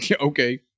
Okay